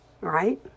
Right